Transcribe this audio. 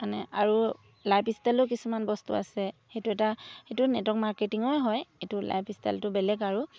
মানে আৰু লাইফ ইষ্টাইলো কিছুমান বস্তু আছে সেইটো এটা সেইটো নেটৱৰ্ক মাৰ্কেটিঙৰে হয় এইটো লাইফ ইষ্টাইলটো বেলেগ আৰু